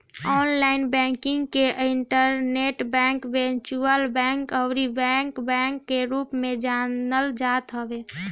online banking के internet bank, virtual bank अउरी web bank के रूप में जानल जात हवे